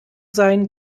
sein